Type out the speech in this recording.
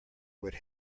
would